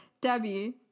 Debbie